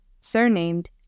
surnamed